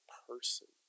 person